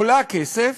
עולה כסף,